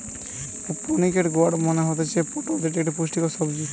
pointed gourd মানে হতিছে পটল যেটি একটো পুষ্টিকর সবজি